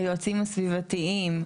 היועצים הסביבתיים,